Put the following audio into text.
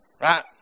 right